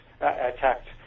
attacked